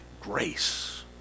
grace